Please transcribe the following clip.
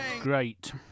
Great